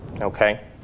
Okay